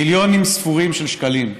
מיליונים ספורים של שקלים,